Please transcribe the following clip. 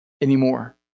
anymore